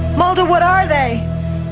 mulder, what are they?